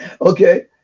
Okay